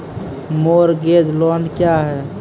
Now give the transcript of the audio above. Mortgage loan क्या है?